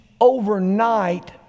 overnight